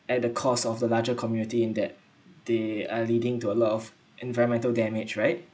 at the cost of the larger community in that they are leading to a lot of environmental damage right